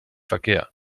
verkehr